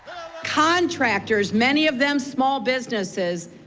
contractors, many of them smal businesses,